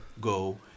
go